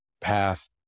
path